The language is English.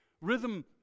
rhythm